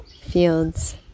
fields